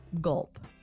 Gulp